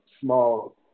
small